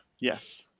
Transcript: Yes